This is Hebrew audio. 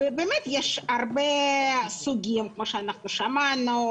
יש הרבה סוגים של הפרעות, כמו ששמענו.